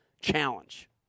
challenge